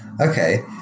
okay